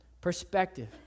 perspective